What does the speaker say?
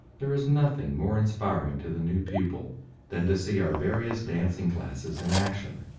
there is nothing more inspiring to the new pupil than to see our various dancing classes in action.